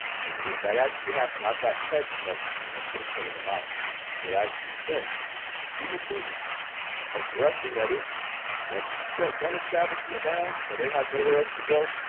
when that actually happened, i've got text messages and i should've printed them out that i actually sent to matuza addressing that issue once you shut one establishment down and they had nowhere else to go,